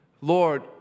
Lord